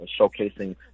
showcasing